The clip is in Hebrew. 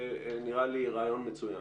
זה נראה לי רעיון מצוין.